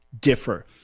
differ